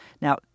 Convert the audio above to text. Now